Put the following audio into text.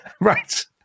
Right